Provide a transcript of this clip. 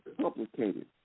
complicated